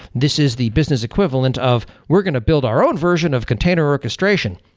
this is the business equivalent of we're going to build our own version of container orchestration.